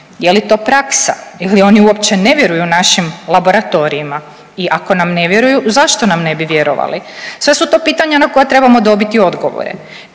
je li to praksa ili oni uopće ne vjeruju našim laboratorijima i ako nam ne vjeruju zašto nam ne bi vjerovali? Sve su to pitanja na koja trebamo dobiti odgovore.